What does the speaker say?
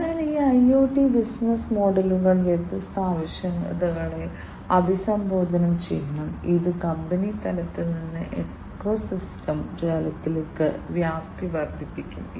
അതിനാൽ ഈ IoT business മോഡലുകൾ വ്യത്യസ്ത ആവശ്യകതകളെ അഭിസംബോധന ചെയ്യണം ഇത് കമ്പനി തലത്തിൽ നിന്ന് ഇക്കോസിസ്റ്റം തലത്തിലേക്ക് വ്യാപ്തി വർദ്ധിപ്പിക്കും